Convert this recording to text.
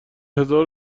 هزار